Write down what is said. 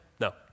No